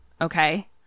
Okay